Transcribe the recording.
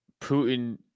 putin